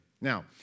Now